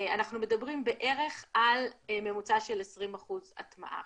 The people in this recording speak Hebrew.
אנחנו מדברים בערך על ממוצע של 20% של הטמעה.